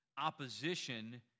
opposition